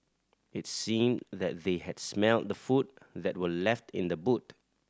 it seemed that they had smelt the food that were left in the boot